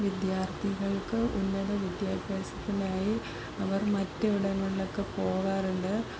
വിദ്യാർത്ഥികൾക്ക് ഉന്നത വിദ്യാഭ്യാസത്തിനായി അവർ മറ്റ് ഇടങ്ങളിലൊക്കെ പോകാറുണ്ട്